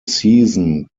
season